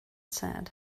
said